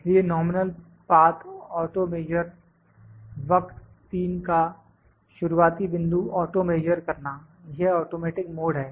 इसलिए nominal path auto measure वक्र 3 का शुरुआती बिंदु ऑटो मेजर करना यह ऑटोमेटिक मोड है